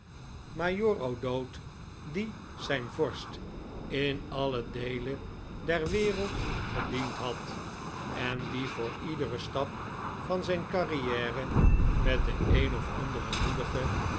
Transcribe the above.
majoor o'dowd die zijn vorst in alle deelen der wereld gediend had en die voor iederen stap van zijn carriere met de een of andere moedige